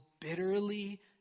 bitterly